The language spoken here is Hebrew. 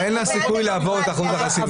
אין לה סיכוי לעבור את אחוז החסימה.